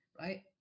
right